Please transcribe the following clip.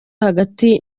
hagati